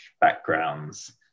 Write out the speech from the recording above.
backgrounds